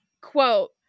quote